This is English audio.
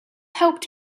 helped